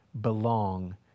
belong